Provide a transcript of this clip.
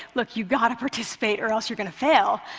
look, you've gotta participate or else you're going to fail,